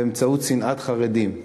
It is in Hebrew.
באמצעות שנאת חרדים.